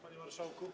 Panie Marszałku!